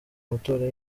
amatora